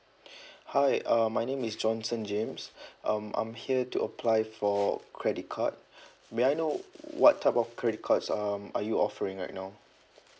hi uh my name is johnson james um I'm here to apply for credit card may I know what type of credit cards um are you offering right now